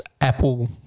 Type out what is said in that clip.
apple